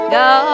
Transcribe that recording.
go